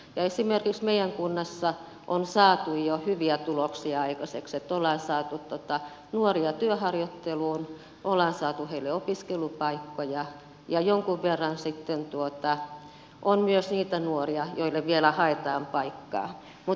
esimerkiksi meidän kunnassamme on saatu jo hyviä tuloksia aikaiseksi että ollaan saatu nuoria työharjoitteluun ollaan saatu heille opiskelupaikkoja ja jonkun verran sitten on myös niitä nuoria joille vielä haetaan paikkaa